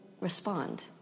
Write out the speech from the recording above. respond